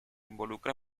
involucra